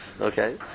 Okay